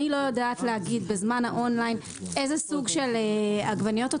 אני לא יודעת להגיד בזמן האונליין איזה סוג של עגבניות או